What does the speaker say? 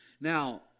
Now